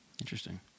Interesting